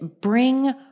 bring